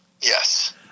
Yes